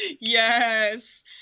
yes